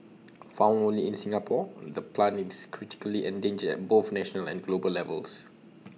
found only in Singapore the plant is critically endangered at both national and global levels